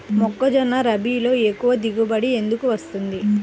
మొక్కజొన్న రబీలో ఎక్కువ దిగుబడి ఎందుకు వస్తుంది?